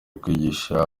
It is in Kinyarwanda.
kwigisha